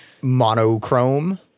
monochrome